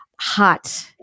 hot